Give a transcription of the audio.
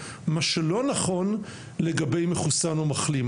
מה שהוא לא נכון לגבי מחוסן או מחלים.